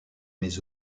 mes